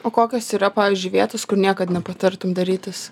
o kokios yra pavyzdžiui vietos kur niekad nepatartum darytis